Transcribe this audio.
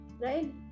Right